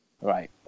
Right